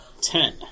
Ten